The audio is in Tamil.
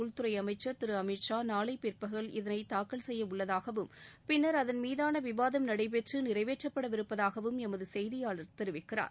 உள்துறை அமைச்சர் திரு அமித் ஷா நாளை பிற்பகல் இதனை தாக்கல் செய்ய உள்ளதாகவும் அதன்பின்னர் அதன் மீதான விவாதம் நடைபெற்று நிறைவேற்றப்படவிருப்பதாகவும் எமது செய்தியாளர் தெரிவிக்கிறார்